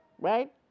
right